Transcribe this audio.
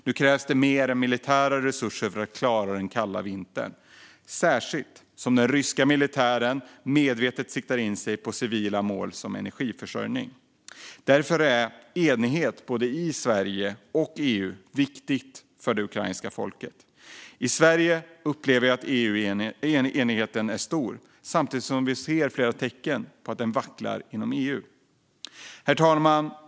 Nu krävs det mer än militära resurser för att klara den kalla vintern, särskilt som den ryska militären medvetet siktar in sig på civila mål som energiförsörjning. Därför är enighet i både Sverige och EU viktigt för det ukrainska folket. I Sverige upplever jag att enigheten är stor samtidigt som vi ser flera tecken på att den vacklar inom EU. Herr talman!